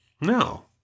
No